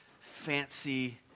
fancy